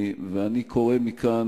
ואני קורא מכאן,